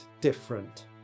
different